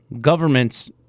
government's